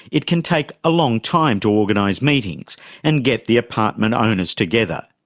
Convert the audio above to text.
it can take a long time to organise meetings and get the apartment owners together.